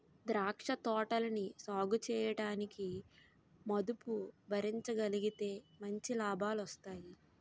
ద్రాక్ష తోటలని సాగుచేయడానికి మదుపు భరించగలిగితే మంచి లాభాలొస్తాయి